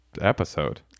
episode